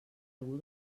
algú